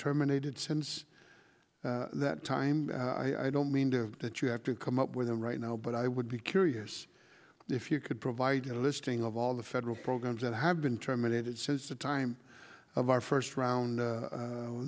terminated since that time i don't mean that you have to come up with a right now but i would be curious if you could provide a listing of all the federal programs that have been terminated since the time of our first round